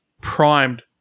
primed